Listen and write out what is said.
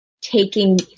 taking